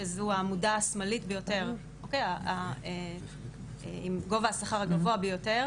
שזו העמודה השמאלית ביותר עם גובה השכר הגבוה ביותר.